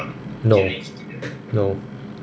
no no